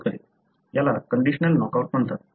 याला conditional knockout म्हणतात